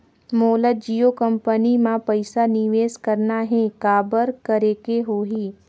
मोला जियो कंपनी मां पइसा निवेश करना हे, काबर करेके होही?